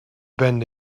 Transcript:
bend